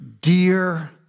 dear